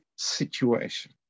situation